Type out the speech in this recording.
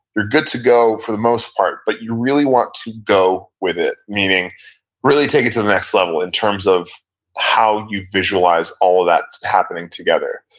you're good to go for the most part, but you really want to go with it, meaning really take it to the next level in terms of how you visualize all of that happening together.